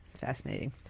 Fascinating